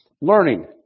Learning